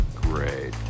great